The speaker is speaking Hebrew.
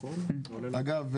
אגב,